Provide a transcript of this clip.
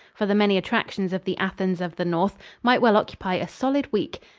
for the many attractions of the athens of the north might well occupy a solid week.